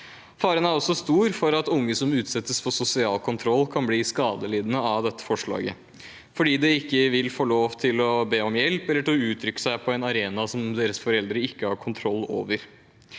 Faren er også stor for at unge som utsettes for sosial kontroll, kan bli skadelidende av dette forslaget, for de vil ikke få lov til å be om hjelp eller til å uttrykke seg på en arena som foreldrene ikke har kontroll over.